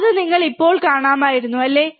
അത് നിങ്ങൾ ഇപ്പോൾ കാണാമായിരുന്നു അല്ലേ